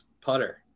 putter